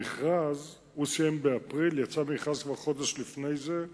באפריל, ויצא מכרז כבר חודש לפני זה.